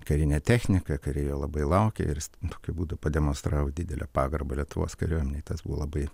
karinė technika kariai jo labai laukė ir tokiu būdu pademonstravo didelę pagarbą lietuvos kariuomenei tas buvo labai